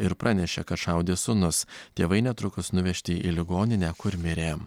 ir pranešė kad šaudė sūnus tėvai netrukus nuvežti į ligoninę kur mirė